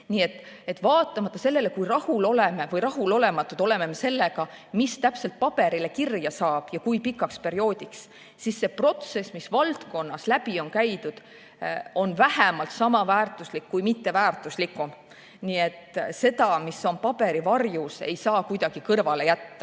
Nii et vaatamata sellele, kui rahul või rahulolematud oleme me sellega, mis täpselt paberile kirja saab ja kui pikaks perioodiks, siis see protsess, mis valdkonnas läbi on käidud, on vähemalt sama väärtuslik kui mitte väärtuslikum. Seda, mis on paberi varjus, ei saa kuidagi kõrvale jätta.